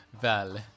Val